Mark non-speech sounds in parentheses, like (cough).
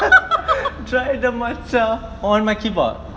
(laughs)